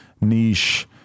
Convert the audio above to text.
niche